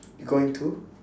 you going to